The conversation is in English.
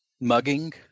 mugging